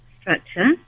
structure